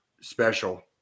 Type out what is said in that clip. special